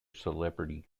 celebrity